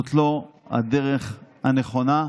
זאת לא הדרך הנכונה.